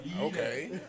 Okay